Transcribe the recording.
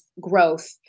growth